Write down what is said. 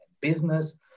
business